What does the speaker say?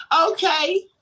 Okay